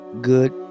good